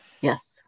yes